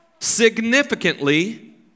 significantly